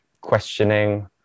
questioning